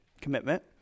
commitment